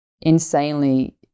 insanely